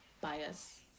bias